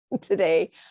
today